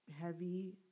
heavy